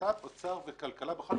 המשרד לביטחון פנים,